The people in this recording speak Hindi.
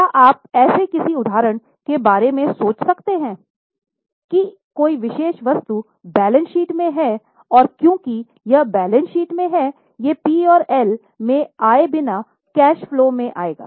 क्या आप ऐसे किसी उदाहरण के बारे में सोच सकते हैं कि कोई विशेष वस्तु बैलेंस शीट में है और क्योंकि यह बैलेंस शीट में है यह पी और एल में आये बिना कैश फलो में आएगा